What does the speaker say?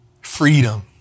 Freedom